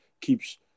keeps